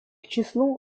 числу